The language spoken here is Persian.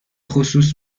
خصوص